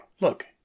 Look